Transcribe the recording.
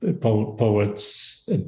poets